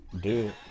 Dude